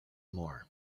more